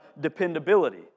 dependability